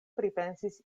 pripensis